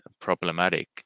problematic